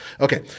Okay